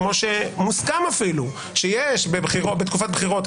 כמו שמוסכם אפילו שיש בתקופת בחירות,